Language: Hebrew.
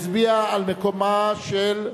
הצביעה על מקומה של,